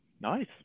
Nice